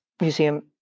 Museum